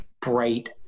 bright